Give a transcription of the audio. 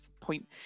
point